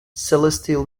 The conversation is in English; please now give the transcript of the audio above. celestial